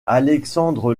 alexandre